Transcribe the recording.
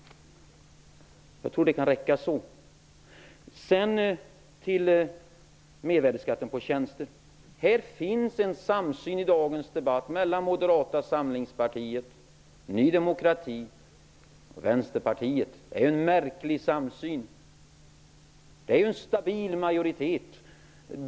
Jag tror att det kan räcka med det. Så till mervärdesskatten på tjänster. Det finns på den punkten en samsyn mellan Moderata samlingspartiet, Ny demokrati och Vänsterpartiet. Det är en märklig samsyn, som ger en stabil majoritet.